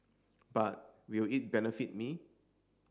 but will it benefit me